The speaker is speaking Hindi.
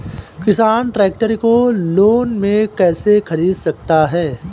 किसान ट्रैक्टर को लोन में कैसे ख़रीद सकता है?